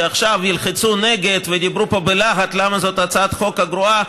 שעכשיו ילחצו נגד ודיברו פה בלהט למה זאת הצעת חוק גרועה,